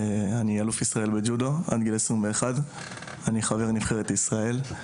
אני אלוף ישראל בג'ודו עד גיל 21. אני חבר נבחרת ישראל,